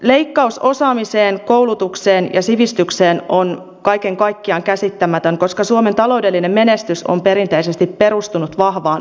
leikkaus osaamiseen koulutukseen ja sivistykseen on kaiken kaikkiaan käsittämätön koska suomen taloudellinen menestys on perinteisesti perustunut vahvaan osaamispohjaan